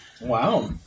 Wow